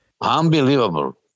Unbelievable